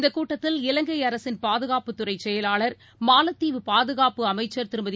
இந்தக் கூட்டத்தில் இலங்கை அரசின் பாதுகாப்புத்துறை செயலாளர் மாலத்தீவு பாதுகாப்பு அமைச்சர் திருமதி